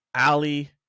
ali